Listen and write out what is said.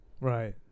Right